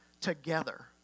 together